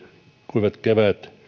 kuivat keväät